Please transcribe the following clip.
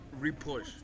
repush